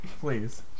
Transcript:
Please